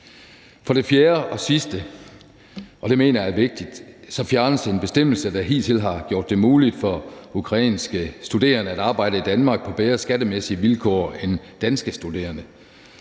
For det fjerde og sidste fjernes – og det mener jeg er vigtigt – en bestemmelse, der hidtil har gjort det muligt for ukrainske studerende at arbejde i Danmark på bedre skattemæssige vilkår end danske studerende.